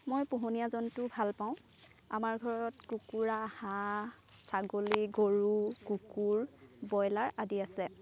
মই পোহনীয়া জন্তু ভাল পাওঁ আমাৰ ঘৰত কুকুৰা হাঁহ ছাগলী গৰু কুকুৰ ব্ৰইলাৰ আদি আছে